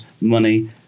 money